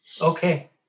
okay